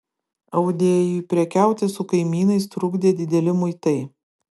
audėjui prekiauti su kaimynais trukdė dideli muitai